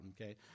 okay